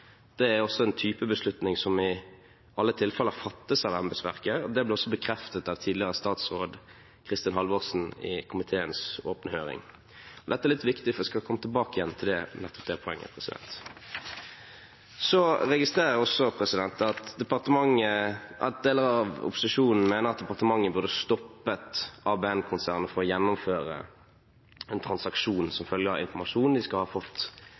Det er også en type beslutning som i alle tilfeller fattes av embetsverket, og det ble også bekreftet av tidligere statsråd Kristin Halvorsen i komiteens åpne høring. Dette er litt viktig, så jeg skal komme tilbake til nettopp det poenget. Så registrerer jeg også at deler av opposisjonen mener at departementet burde stoppet ABM-konsernet i å gjennomføre en transaksjon som følge av informasjon de skal ha fått